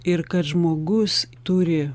ir kad žmogus turi